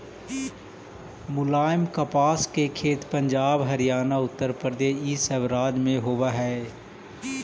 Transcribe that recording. मुलायम कपास के खेत पंजाब, हरियाणा, उत्तरप्रदेश इ सब राज्य में होवे हई